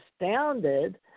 astounded